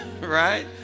right